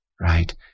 right